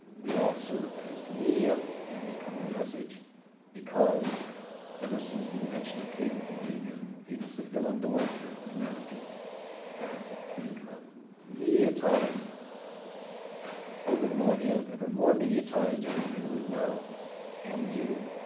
we all serve as the media and become the message because ever since the invention of cave painting and venus of willendorf that humanity has become mediatized over the millennia, ever more mediatized everything we know and do